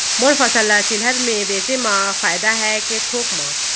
मोर फसल ल चिल्हर में बेचे म फायदा है के थोक म?